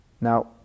now